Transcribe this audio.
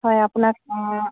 হয় আপোনাক